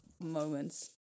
moments